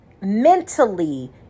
mentally